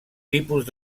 tipus